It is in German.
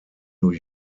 new